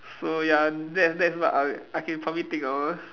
so ya that's that's what I I can probably think of